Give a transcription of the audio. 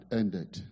ended